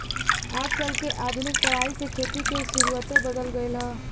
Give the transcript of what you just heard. आजकल के आधुनिक पढ़ाई से खेती के सुउरते बदल गएल ह